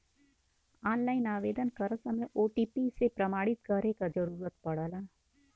online आवेदन करत समय ओ.टी.पी से प्रमाणित करे क जरुरत पड़ला